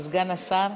לסגן השר.